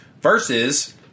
Versus